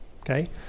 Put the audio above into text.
Okay